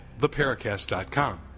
theparacast.com